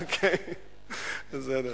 כן, בסדר.